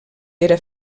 era